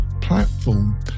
Platform